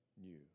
new